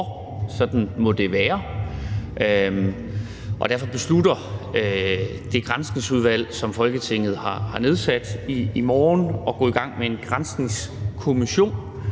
sådan må det være – og derfor beslutter det granskningsudvalg, som Folketinget har nedsat, i morgen at gå i gang med en granskningskommission,